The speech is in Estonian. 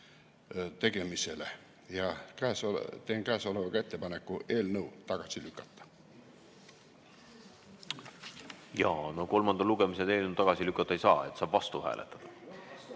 tegemisele. Teen käesolevaga ettepaneku eelnõu tagasi lükata. No kolmandal lugemisel eelnõu tagasi lükata ei saa, saab vastu hääletada.